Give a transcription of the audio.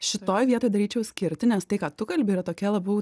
šitoj vietoj daryčiau skirtį nes tai ką tu kalbi yra tokia labiau